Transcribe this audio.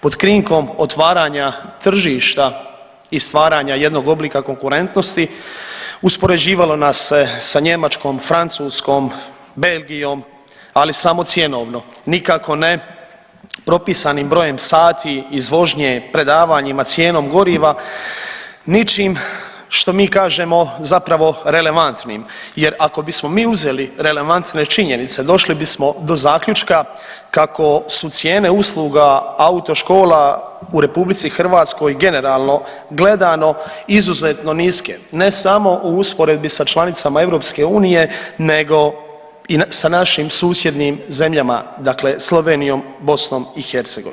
Pod krinkom otvaranja tržišta i stvaranja jednog oblika konkurentnosti uspoređivalo nas se sa Njemačkom, Francuskom, Belgijom, ali samo cjenovno nikako ne propisanim brojem sati iz vožnje, predavanjima, cijenom goriva, ničim što mi kažemo zapravo relevantnim jer ako bismo mi uzeli relevantne činjenice došli bismo do zaključka kako su cijene usluga autoškola u RH generalno gledano izuzetno niske, ne samo u usporedbi sa članicama EU nego i sa našim susjednim zemljama dakle Slovenijom i BiH.